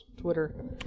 Twitter